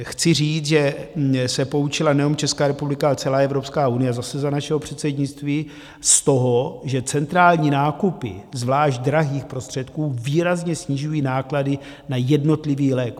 Chci říct, že se poučila nejenom Česká republika, ale celá Evropská unie, zase za našeho předsednictví, v tom, že centrální nákupy zvlášť drahých prostředků výrazně snižují náklady na jednotlivý lék.